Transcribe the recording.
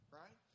right